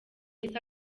yahise